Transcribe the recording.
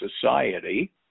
society